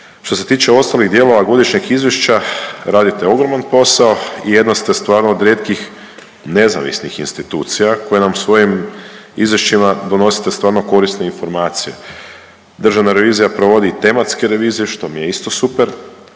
Što se tiče ostalih dijelova godišnjeg izvješća, radite ogroman posao i jedni ste stvarno od rijetkih nezavisnih institucija koji nam svojim izvješćima donosite stvarno korisne informacije. Državna revizija provodi tematske revizije, što mi je isto super,